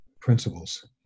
principles